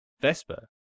Vesper